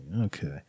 Okay